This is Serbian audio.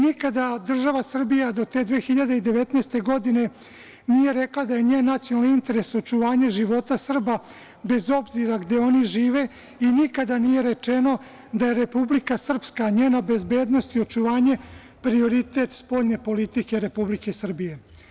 Nikada država Srbija do te 2019. godine nije rekla da je njen nacionalni interes očuvanje života Srba bez obzira gde oni žive i nikada nije rečeno da je Republika Srpska, njena bezbednost i očuvanje prioritet spoljne politike Republike Srbije.